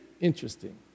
interesting